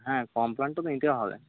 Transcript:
হ্যাঁ কমপ্লেন তো নিতে হবে